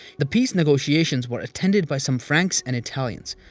the peace negotiations were attended by some franks and italians.